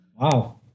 Wow